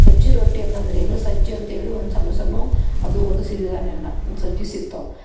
ಸಜ್ಜೆ ರೊಟ್ಟಿ ಅಂತಂದ್ರೆ ಏನು ಸಜ್ಜೆ ಅಂತೇಳಿ ಒಂದು ಸಣ್ಣ ಸಣ್ಣವು ಅದು ಒಂದು ಸಿರಿ ಧಾನ್ಯನ ಸಜ್ಜೆ ಸಿಗ್ತಾವೆ